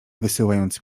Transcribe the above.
wysyłając